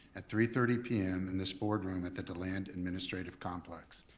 at three thirty p m. in this board room at the deland administrative complex.